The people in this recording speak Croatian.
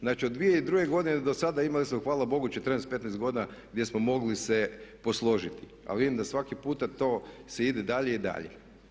Znači od 2002. godine do sada imali smo hvala Bogu 14, 15 godina gdje smo mogli se posložiti a vidim da svaki puta to se ide dalje i dalje.